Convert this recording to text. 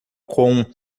com